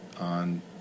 on